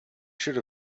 should